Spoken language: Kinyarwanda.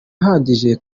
ahagije